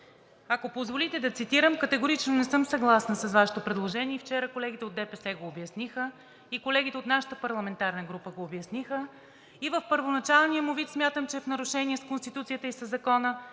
ако позволите да цитирам, категорично не съм съгласна с Вашето предложение. Вчера колегите от ДПС го обясниха, колегите от нашата парламентарна група го обясниха – и в първоначалния му вид, смятам, че е в нарушение с Конституцията и със закона